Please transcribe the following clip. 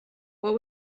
what